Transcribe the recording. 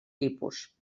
tipus